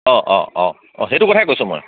অঁ অঁ অঁ অঁ সেইটো কথাই কৈছোঁ মই